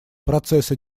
процессы